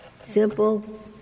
Simple